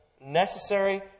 necessary